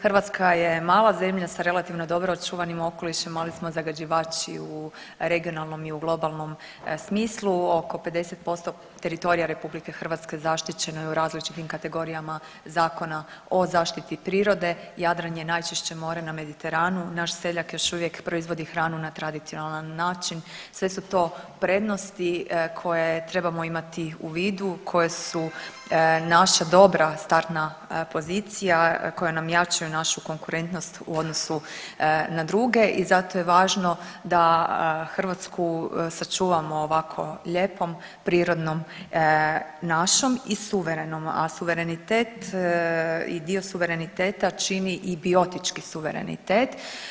Hrvatska je mala zemlja sa relativno dobro očuvanim okolišem, ali smo zagađivači u regionalnom i u globalnom smislu, oko 50% teritorija RH zaštićeno je u različitim kategorijama Zakona o zaštiti prirode, Jadran je najčišće more na Mediteranu, naš seljak još uvijek proizvodi hranu na tradicionalan način, sve su to prednosti koje trebamo imati u vidu, koje su naša dobra startna pozicija koja nam jačaju našu konkurentnost u odnosu na druge i zato je važno da Hrvatsku sačuvamo ovako lijepom, prirodnom našom i suverenom, a suverenitet i dio suvereniteta čini i biotički suverenitet.